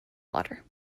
water